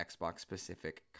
Xbox-specific